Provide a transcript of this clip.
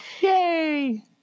Yay